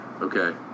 okay